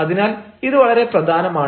അതിനാൽ ഇത് വളരെ പ്രധാനമാണ്